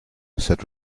said